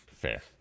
Fair